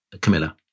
Camilla